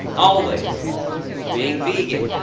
always being vegan.